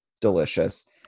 delicious